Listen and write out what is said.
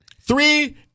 Three